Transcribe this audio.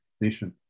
nation